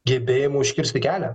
gebėjimu užkirsti kelią